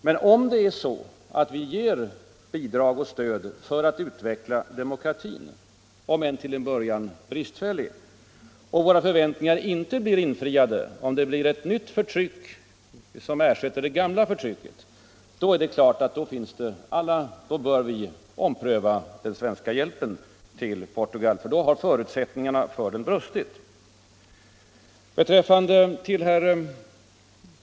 Men om vi ger bidrag och stöd för att utveckla demokratin — om än till en början bristfällig — och om våra förväntningar inte blir infriade därför att ett nytt förtryck ersätter det gamla, då är det klart att vi bör ompröva den svenska hjälpen till Portugal. Förutsättningarna för hjälpen har då brustit.